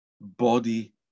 body